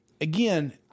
again